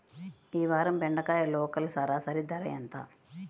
ఈ వారం బెండకాయ లోకల్ సరాసరి ధర ఎంత?